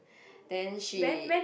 then she